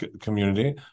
community